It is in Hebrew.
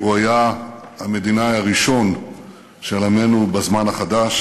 הוא היה המדינאי הראשון של עמנו בזמן החדש